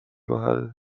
vahel